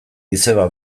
izeba